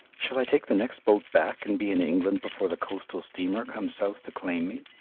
shall i take the next boat back and be in england before the coastal steamer comes south to claim me?